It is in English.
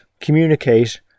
communicate